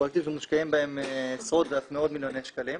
פרויקטים שמושקעים בהם עשרות ואף מאות מיליוני שקלים.